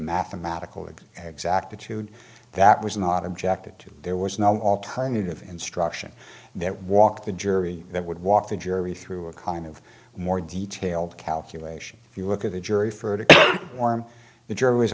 exactitude that was not objected to there was no alternative instruction that walk the jury that would walk the jury through a kind of more detailed calculation if you look at the jury further form the jury was